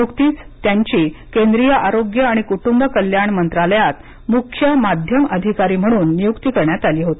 नुकतीच त्यांची केंद्रीय आरोग्य आणि कुटुंब कल्याण मंत्रालयात मुख्य माध्यम अधिकारी म्हणून नियुक्ती करण्यात आली होती